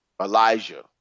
Elijah